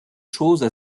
choses